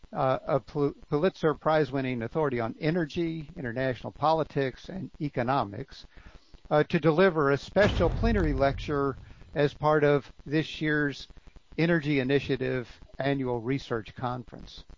a pulitzer prize-winning authority on energy, international politics, and economics to deliver a special plenary lecture as part of this year's energy initiative annual research conference.